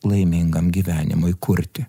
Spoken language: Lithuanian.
laimingam gyvenimui kurti